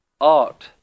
Art